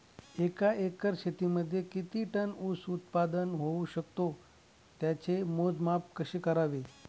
एका एकर शेतीमध्ये किती टन ऊस उत्पादन होऊ शकतो? त्याचे मोजमाप कसे करावे?